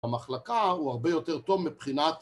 המחלקה הוא הרבה יותר טוב מבחינת...